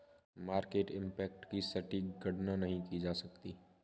market impact की सटीक गणना नहीं की जा सकती